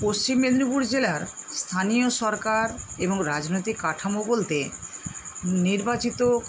পশ্চিম মেদিনীপুর জেলার স্থানীয় সরকার এবং রাজনৈতিক কাঠামো বলতে নির্বাচিত